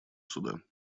суда